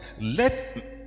let